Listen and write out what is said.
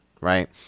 right